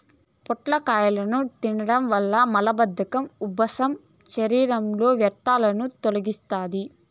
పొట్లకాయను తినడం వల్ల మలబద్ధకం, ఉబ్బసం, శరీరంలో వ్యర్థాలను తొలగిస్తాది